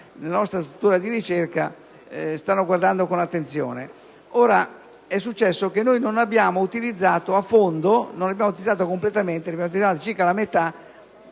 nostra struttura di ricerca, stanno guardando con attenzione.